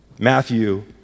Matthew